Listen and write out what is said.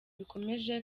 bikomeje